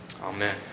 Amen